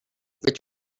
which